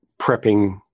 prepping